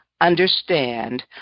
Understand